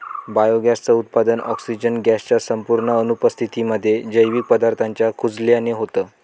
biogas च उत्पादन, oxygen gas च्या संपूर्ण अनुपस्थितीमध्ये, जैविक पदार्थांच्या कुजल्याने होतं